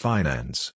Finance